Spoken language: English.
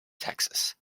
texas